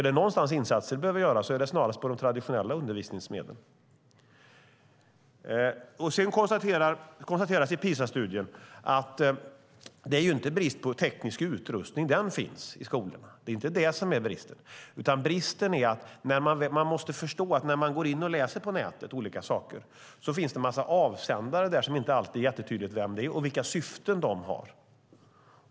Om det är någonstans som insatser behöver göras är det snarast bland de traditionella undervisningsmedlen. Det konstateras i PISA-studien att det inte är brist på teknisk utrustning. Den finns i skolorna. Det är inte där det finns en brist. Men man måste förstå att när man går in och läser olika saker på nätet finns det en massa avsändare där, och det är inte alltid tydligt vilka de är och vilka syften de har.